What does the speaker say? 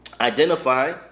identify